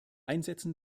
einsetzen